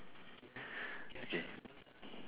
okay